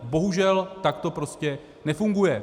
Bohužel, tak to prostě nefunguje.